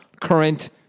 current